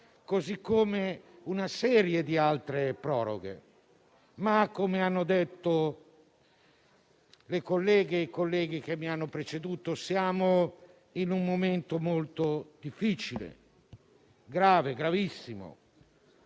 PMI e una serie di altre proroghe. Come hanno detto le colleghe e i colleghi che mi hanno preceduto, siamo in un momento molto difficile, gravissimo.